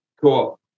Cool